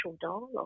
dialogue